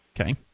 Okay